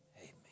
Amen